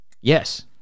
Yes